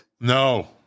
No